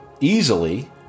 easily